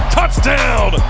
Touchdown